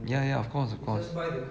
ya ya ya of course of course